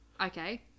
Okay